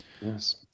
Yes